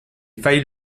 failles